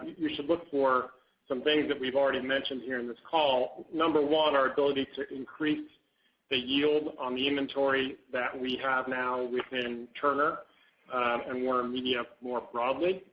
you should look for some things that we've already mentioned here in this call. number one our ability to increase the yield on the inventory that we have now within turner and warnermedia more broadly,